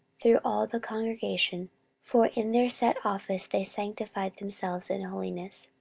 through all the congregation for in their set office they sanctified themselves in holiness